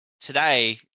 today